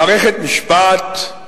מערכת משפט,